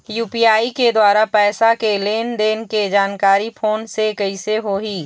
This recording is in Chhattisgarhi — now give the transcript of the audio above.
यू.पी.आई के द्वारा पैसा के लेन देन के जानकारी फोन से कइसे होही?